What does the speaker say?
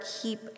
keep